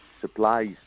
supplies